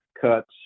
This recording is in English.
cuts